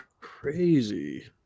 crazy